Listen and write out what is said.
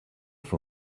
for